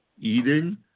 eating